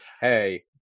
Hey